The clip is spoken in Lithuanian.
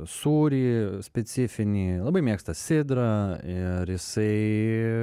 sūrį specifinį labai mėgsta sidrą ir jisai